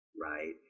Right